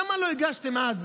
למה לא הגשתם אז